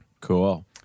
Cool